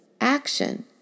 action